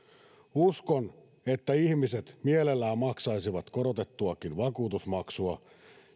uskon että ihmiset mielellään maksaisivat korotettuakin vakuutusmaksua